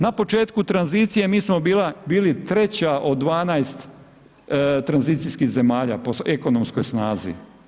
Na početku tranzicije mi smo bili 3. od 12 tranzicijskih zemalja po ekonomskoj snazi.